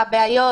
הבעיות,